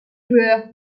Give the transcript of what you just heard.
joueur